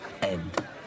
end